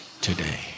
today